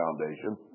foundation